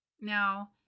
Now